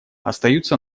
остаются